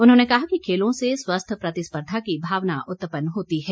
उन्होंने कहा कि खेलों से स्वस्थ प्रतिस्पर्धा की भावना उत्पन्न होती है